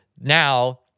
now